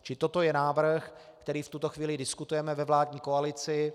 Čili toto je návrh, který v tuto chvíli diskutujeme ve vládní koalici.